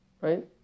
right